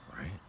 right